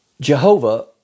Jehovah